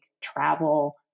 travel